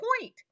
point